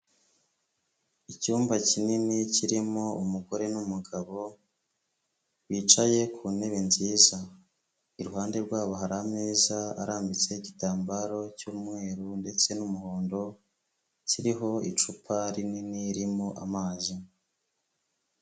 Icyumba kinini kirimo umugore n'umugabo, bicaye ku ntebe nziza, iruhande rwabo hari ameza arambitseho igitambaro cy'umweru ndetse n'umuhondo, kiriho icupa rinini ririmo amazi.